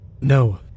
No